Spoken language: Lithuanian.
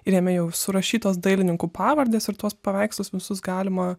ir jame jau surašytos dailininkų pavardės ir tuos paveikslus visus galima